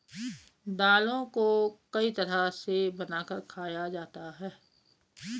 दालों को कई तरह से बनाकर खाया जाता है